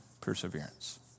perseverance